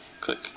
Click